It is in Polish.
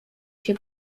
się